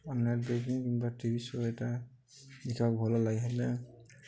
online baking କିମ୍ବା TV show ଏଟା ଦେଖିବାକୁ ଭଲ ଲାଗି ହେଲେ